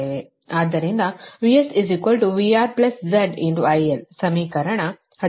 ಆದ್ದರಿಂದ VS VR Z IL ಸಮೀಕರಣ 14 ಆಗಿದೆ